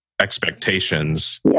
expectations